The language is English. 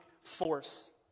force